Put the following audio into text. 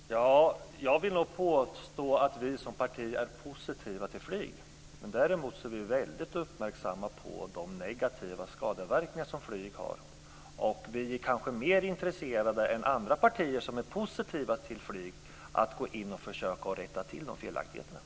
Fru talman! Ja, jag vill nog påstå att vi som parti är positiva till flyg. Däremot är vi mycket uppmärksamma på de negativa skadeverkningar som flyg medför. Vi är kanske mer intresserade än andra partier som är positiva till flyg av att försöka rätta till de felaktigheterna.